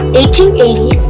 1880